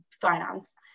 finance